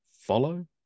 follow